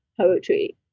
poetry